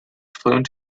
fluent